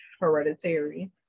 hereditary